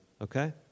Okay